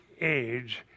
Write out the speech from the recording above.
age